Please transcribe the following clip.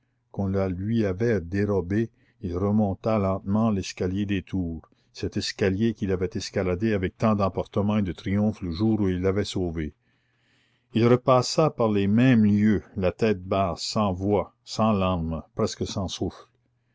qu'on la lui avait dérobée il remonta lentement l'escalier des tours cet escalier qu'il avait escaladé avec tant d'emportement et de triomphe le jour où il l'avait sauvée il repassa par les mêmes lieux la tête basse sans voix sans larmes presque sans